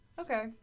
Okay